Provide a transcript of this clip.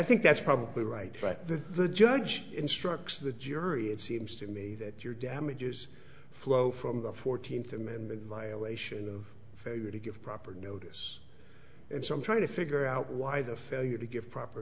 think that's probably right but the the judge instructs the jury it seems to me that your damages flow from the fourteenth amendment violation of failure to give proper notice and so i'm trying to figure out why the failure to give proper